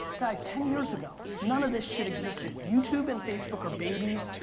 guys, ten years ago, none of this shit existed. youtube and facebook are babies,